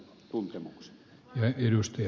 arvoisa puhemies